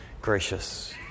gracious